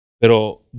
Pero